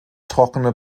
trockene